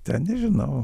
ten nežinau